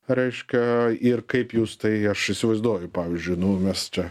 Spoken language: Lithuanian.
reiškia ir kaip jūs tai aš įsivaizduoju pavyzdžiui nu mes čia